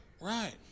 Right